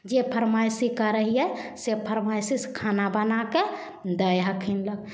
जे फरमाइशी करै हइ से फरमाइशी से खाना बनाके दै हथिन लऽ